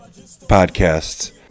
podcasts